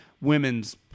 women's